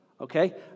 Okay